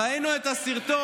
ראינו את הסרטון,